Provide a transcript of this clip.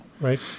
right